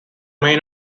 may